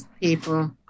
people